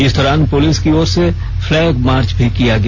इस दौरान पुलिस की ओर से फ्लैग मार्च भी किया गया